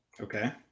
Okay